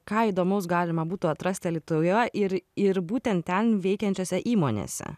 ką įdomaus galima būtų atrasti alytuje ir ir būtent ten veikiančiose įmonėse